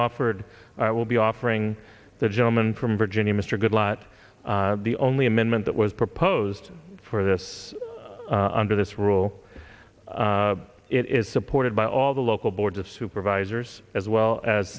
offered i will be offering the gentleman from virginia mr good lott the only amendment that was proposed for this under this rule it is supported by all the local boards of supervisors as well as